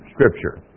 scripture